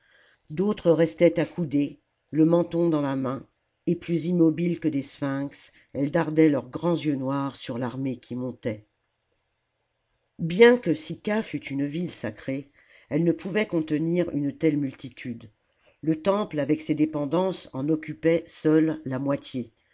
d'autres restaient accoudées le menton dans la main et plus immobiles que des sphinx elles salammbô dardaient leurs grands yeux noirs sur l'armée qui montait bien que sicca fût une ville sacrée elle ne pouvait contenir une telle multitude le temple avec ses dépendances en occupait seul la moitié